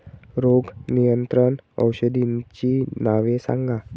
रोग नियंत्रण औषधांची नावे सांगा?